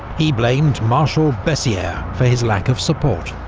he blamed marshal bessieres for his lack of support.